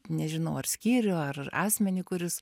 nežinau ar skyrių ar asmenį kuris